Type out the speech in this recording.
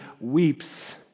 weeps